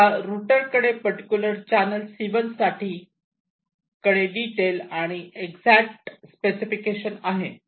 आता रूटर कडे particular channel C1 साठी कडे डिटेल आणि एक्जेक्ट स्पेसिफिकेशन आहे